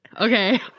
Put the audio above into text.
Okay